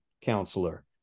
counselor